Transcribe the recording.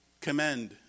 commend